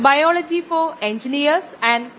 bio റിയാക്ടറുകളിലെ ഈ mooc ലേക്ക് സ്വാഗതം